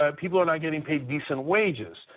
ah people are not getting paid decent wages,